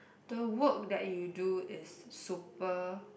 the work that you do is super